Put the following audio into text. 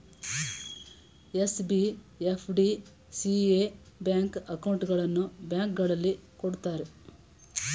SB, FD, CA bank ಅಕೌಂಟ್ಗಳನ್ನು ಬ್ಯಾಂಕ್ಗಳಲ್ಲಿ ಕೊಡುತ್ತಾರೆ